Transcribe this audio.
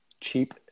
cheap